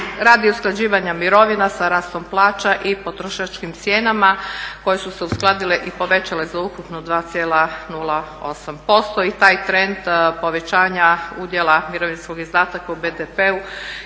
Radi usklađivanja mirovina sa rastom plaća i potrošačkim cijenama koje su se uskladile i povećale za ukupno 2,08% i taj trend povećanja udjela mirovinskog izdataka u BDP-u